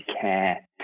care